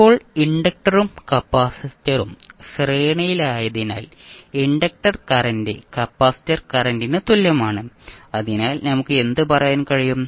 ഇപ്പോൾ ഇൻഡക്ടറും കപ്പാസിറ്ററും ശ്രേണിയിലായതിനാൽ ഇൻഡക്റ്റർ കറന്റ് കപ്പാസിറ്റർ കറന്റിന് തുല്യമാണ് അതിനാൽ നമുക്ക് എന്ത് പറയാൻ കഴിയും